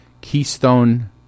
Keystone